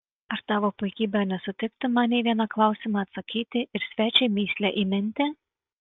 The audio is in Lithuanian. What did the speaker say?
ar tavo puikybė nesutiktų man į vieną klausimą atsakyti ir svečiui mįslę įminti